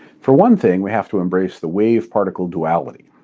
for one thing we have to embrace the wave particle duality.